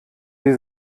sie